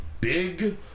Big